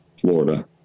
Florida